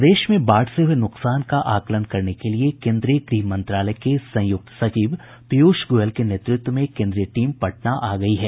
प्रदेश में बाढ़ से हुए नुकसान का आकलन करने के लिये केन्द्रीय गृह मंत्रालय के संयुक्त सचिव पीयूष गोयल के नेतृत्व में केन्द्रीय टीम पटना आ गयी है